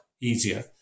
easier